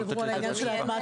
אולי יכולות לתת לזה את התשובה.